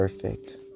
Perfect